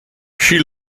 she